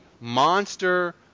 monster